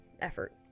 effort